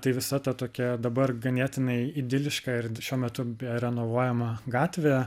tai visa ta tokia dabar ganėtinai idiliška ir šiuo metu renovuojama gatvė